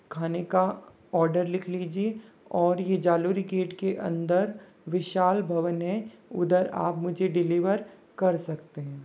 खाने का ऑर्डर लिख लीजिए और ये जालोरी गेट के अंदर विशाल भवन है उधर आप मुझे डिलीवर कर सकते हैं